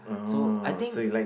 so I think